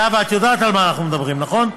זהבה, את יודעת על מה אנחנו מדברים, נכון?